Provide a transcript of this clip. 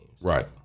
Right